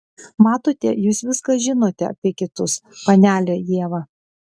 matote jūs viską žinote apie kitus panele ieva